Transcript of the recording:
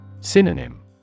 Synonym